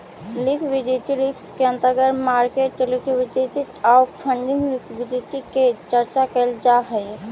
liquidity risk के अंतर्गत market liquidity आउ फंडिंग लिक्विडिटी के चर्चा कैल जा हई